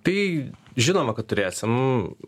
tai žinoma kad turėsim